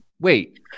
Wait